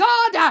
God